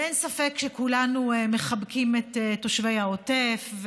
ואין ספק שכולנו מחבקים את תושבי העוטף,